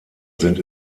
sind